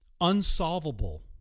unsolvable